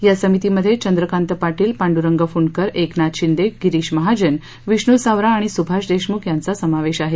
या समितीमध्ये चंद्रकांत पाटील पांडुरग फुंडकर एकनाथ शिंदे गिरीश महाजन विष्णू सावरा आणि सुभाष देशमुख यांचा समावेश आहे